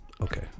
Okay